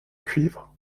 cuivre